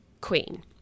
queen